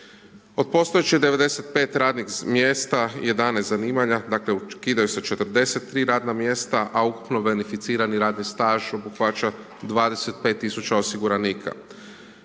Od postojećih 95 radnih mjesta, 11 zanimanja, dakle, ukidaju se 43 radna mjesta, a ukupni verificirani radni staž obuhvaća 25 tisuća osiguranika.